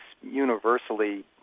universally